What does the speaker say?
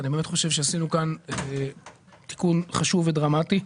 אני באמת חושב שעשינו כאן תיקון חשוב ודרמטי.